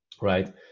Right